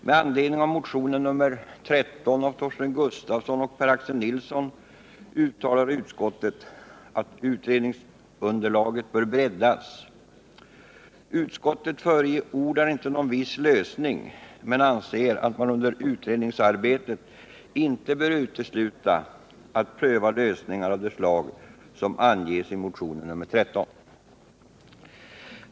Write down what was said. Med anledning av motionen 13 av Torsten Gustafsson och Per Axel Nilsson uttalar utskottet att utredningsunderlaget bör breddas. Utskottet förordar inte någon viss lösning men anser att man under utredningsarbetet inte bör utesluta att pröva lösningar av det slag som anges i motionen 13.